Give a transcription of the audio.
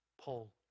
Paul